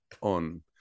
on